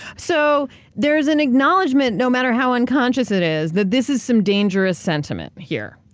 so there's an acknowledgement, no matter how unconscious it is, that this is some dangerous sentiment here.